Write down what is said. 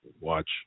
watch